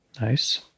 Nice